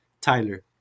Tyler